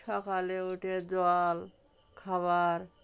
সকালে উঠে জল খাবার